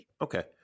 Okay